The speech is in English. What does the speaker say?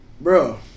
Bro